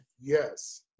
Yes